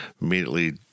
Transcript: immediately